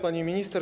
Pani Minister!